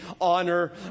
honor